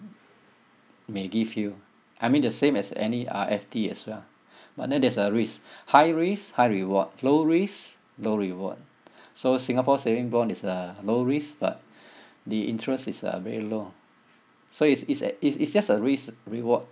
may give you I mean the same as any R_F_T as well but then there's a risk high risk high reward low risk low reward so singapore saving bond is a low risk but the interest is uh very low so it's it's uh it's it's just a risk reward